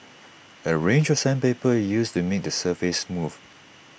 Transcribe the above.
A range of sandpaper is used to make the surface smooth